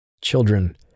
Children